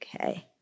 Okay